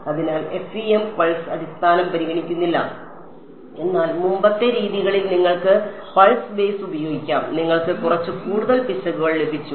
അതിനാൽ FEM pulse അടിസ്ഥാനം പരിഗണിക്കുന്നില്ല എന്നാൽ മുമ്പത്തെ രീതികളിൽ നിങ്ങൾക്ക് പൾസ് ബേസ് ഉപയോഗിക്കാം നിങ്ങൾക്ക് കുറച്ച് കൂടുതൽ പിശകുകൾ ലഭിച്ചു